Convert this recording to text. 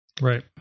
Right